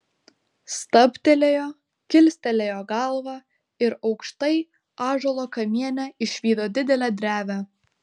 stabtelėjo kilstelėjo galvą ir aukštai ąžuolo kamiene išvydo didelę drevę